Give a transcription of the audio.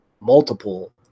multiple